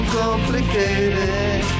complicated